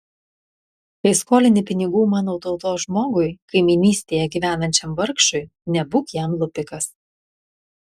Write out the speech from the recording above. kai skolini pinigų mano tautos žmogui kaimynystėje gyvenančiam vargšui nebūk jam lupikas